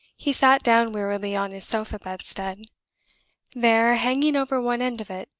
he sat down wearily on his sofa-bedstead there, hanging over one end of it,